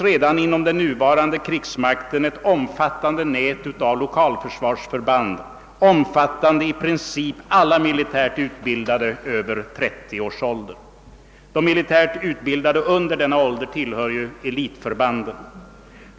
redan inom den nuvarande krigsmakten ett omfattande nät av lokalförsvarsförband, omfattande i princip alla militärt utbildade över trettio år — de militärt utbildade under denna ålder tillhör elitförbanden.